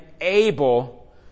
able